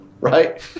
right